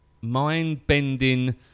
Mind-bending